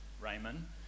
Raymond